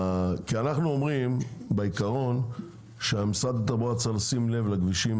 אנחנו אומרים בעיקרון שמשרד התחבורה צריך לשים לב לכבישים